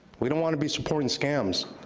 we don't wanna be supporting scams.